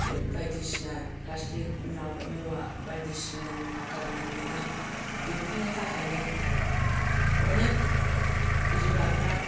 बे बायदिसिना प्लास्टिक माबा मुवा बायदिसिना मुवा गारनाय मानाय बेफोरनि थाखायनो अनेक जुनारफ्रा